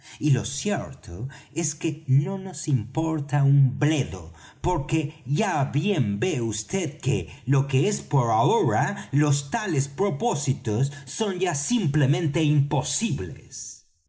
y lo cierto es que no nos importa un bledo porque ya bien ve vd que lo que es por ahora los tales propósitos son ya simplemente imposibles